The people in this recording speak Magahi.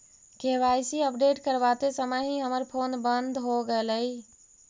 के.वाई.सी अपडेट करवाते समय ही हमर फोन बंद हो गेलई